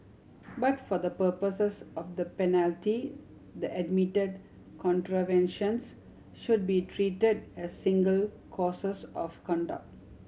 but for the purposes of the penalty the admitted contraventions should be treated as single courses of conduct